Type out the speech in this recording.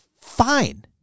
fine